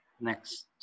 Next